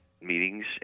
meetings